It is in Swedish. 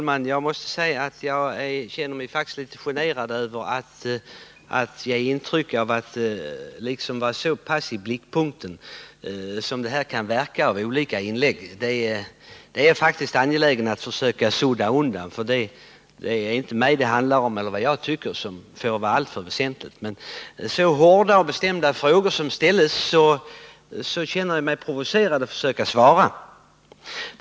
Herr talman! Jag känner mig faktiskt litet generad över att vara så mycket i blickpunkten som det kan verka av olika inlägg här. Det intrycket är jag angelägen om att försöka sudda bort. Det är inte mig det handlar om. Vad jag tycker får inte vara alltför väsentligt. Men efter de hårda och bestämda frågor som här har ställts känner jag mig provocerad att försöka svara.